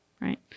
right